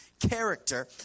Character